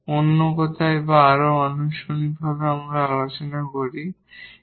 অন্য কথায় বা আরো আনুষ্ঠানিকভাবে আমরা আলোচনা করি